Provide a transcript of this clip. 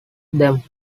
them